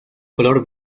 color